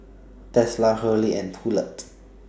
Tesla Hurley and Poulet